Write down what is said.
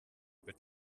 wird